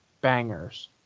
bangers